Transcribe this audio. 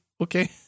okay